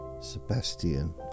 Sebastian